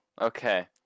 Okay